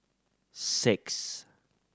six